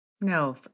No